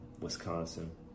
Wisconsin